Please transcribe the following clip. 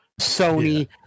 Sony